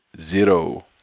zero